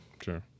Sure